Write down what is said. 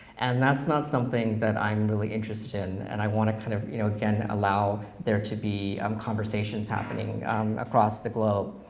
and that's not something that i'm really interested in, and i wanna, kind of you know again, allow there to be um conversations happening across the globe.